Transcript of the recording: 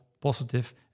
positive